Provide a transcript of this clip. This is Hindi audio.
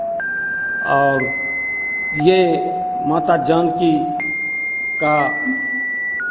और ये माता जानकी का